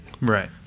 Right